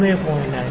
5 ആണ് അളവ് 3